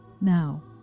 now